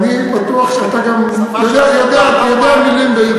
אני בטוח שאתה גם, שפה, יודע מילים ביידיש.